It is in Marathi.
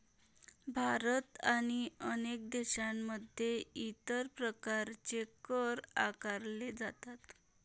भारत आणि अनेक देशांमध्ये इतर प्रकारचे कर आकारले जातात